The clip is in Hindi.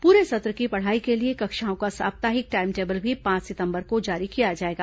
पूरे सत्र की पढ़ाई के लिए कक्षाओं का साप्ताहिक टाइम टेबल भी पांच सितंबर को जारी किया जाएगा